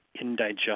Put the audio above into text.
indigestion